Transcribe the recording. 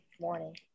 morning